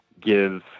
give